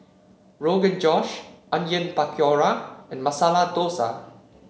Rogan Josh Onion Pakora and Masala Dosa